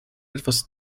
etwas